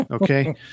Okay